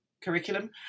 curriculum